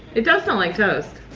it does smell like toast.